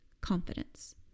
confidence